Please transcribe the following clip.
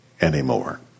anymore